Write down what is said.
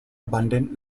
abundant